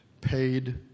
paid